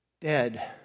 dead